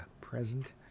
present